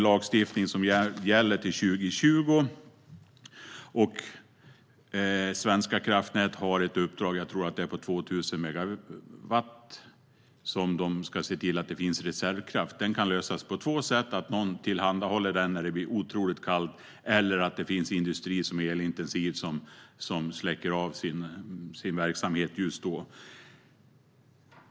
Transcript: Lagstiftningen gäller till 2020, och Svenska kraftnät har ett uppdrag, jag tror att det är på 2 000 megawatt, att se till att det finns reservkraft. Det här kan lösas på två sätt: att någon tillhandahåller reservkraft när det blir otroligt kallt eller att elintensiv industri släcker ned sin verksamhet just då.